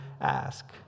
ask